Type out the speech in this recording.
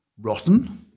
rotten